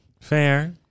Fair